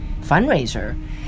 fundraiser